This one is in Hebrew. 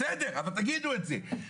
בסדר, אבל תגידו את זה.